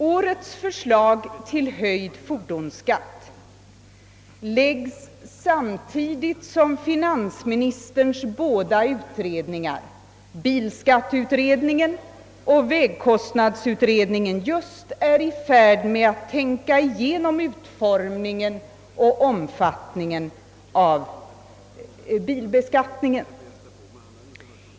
Årets förslag till höjd fordonsskatt framläggs samtidigt som finansministerns båda utredningar, bilskatteutredningen och <vägkostnadsutredningen, just är i färd med att tänka igenom utformningen och omfattningen av bilbeskattningen.